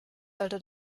sollte